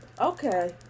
Okay